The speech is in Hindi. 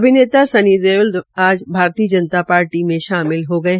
अभिनेता सन्नी देओल आज भारतीय जनता पार्टी में शामिल हो गये